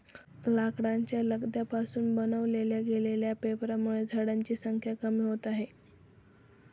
लाकडाच्या लगद्या पासून बनवल्या गेलेल्या पेपरांमुळे झाडांची संख्या कमी होते आहे